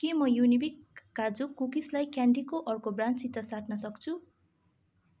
के म युनिबिक काजु कुकिजलाई क्यान्डीको अर्को ब्रान्डसित साट्न सक्छु